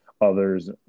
others